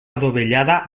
adovellada